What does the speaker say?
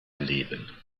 leben